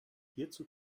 hierzu